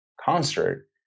concert